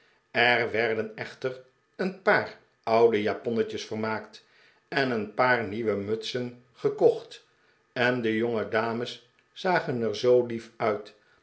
er werden echter een paar oude japonnetjes vermaakt en een paar nieuwe mutsen gekocht en de jongedames zagen er zoo lief uit